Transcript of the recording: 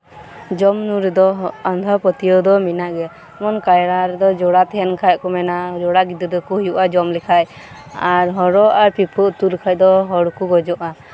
ᱡᱚᱢ ᱧᱩ ᱨᱮᱫᱚ ᱟᱸᱫᱷᱟ ᱯᱟᱹᱛᱭᱟᱹᱣ ᱫᱚ ᱢᱮᱱᱟᱜ ᱜᱮᱭᱟ ᱡᱮᱢᱚᱱ ᱠᱟᱭᱨᱟ ᱨᱮᱫᱚ ᱡᱚᱲᱟ ᱛᱟᱦᱮᱱ ᱠᱷᱟᱱ ᱠᱚ ᱢᱮᱱᱟ ᱡᱚᱲᱟ ᱜᱤᱫᱽᱨᱟᱹ ᱠᱚ ᱦᱩᱭᱩᱜᱼᱟ ᱡᱚᱢ ᱞᱮᱠᱷᱟᱱ ᱟᱨ ᱦᱚᱨᱚ ᱟᱨ ᱯᱤᱯᱟᱹ ᱩᱛᱩ ᱞᱮᱠᱷᱟᱱ ᱫᱚ ᱦᱚᱲ ᱠᱚ ᱜᱚᱡᱚᱜᱼᱟ